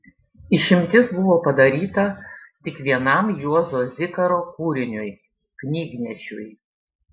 išimtis buvo padaryta tik vienam juozo zikaro kūriniui knygnešiui